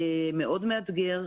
מאוד מאתגר,